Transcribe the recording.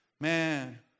man